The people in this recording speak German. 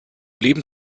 leben